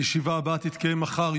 הישיבה הבאה תתקיים מחר,